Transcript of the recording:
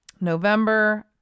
November